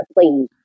Please